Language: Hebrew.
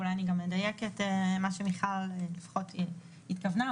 אולי אני גם אדייק את מה שמיכל לפחות התכוונה,